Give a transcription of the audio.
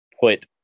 put